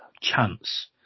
chance